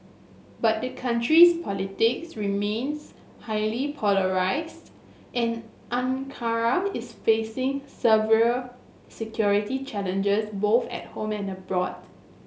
but the country's politics remains highly polarised and Ankara is facing severe security challenges both at home and abroad